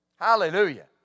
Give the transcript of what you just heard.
Hallelujah